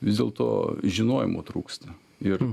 vis dėlto žinojimo trūksta ir